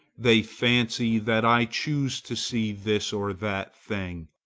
they fancy that i choose to see this or that thing.